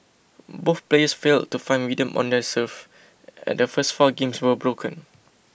both players failed to find rhythm on their serve and the first four games were broken